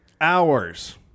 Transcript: hours